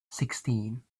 sixteen